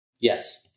Yes